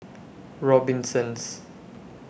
Robinsons